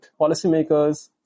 policymakers